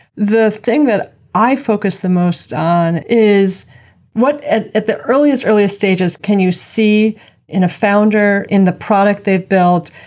the thing that i focus the most on is what at at the earliest earliest stages can you see in a founder, in the product they've built,